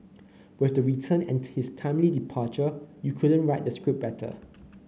with her return and his timely departure you couldn't write the script better